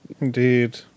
Indeed